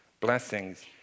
blessings